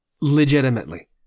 Legitimately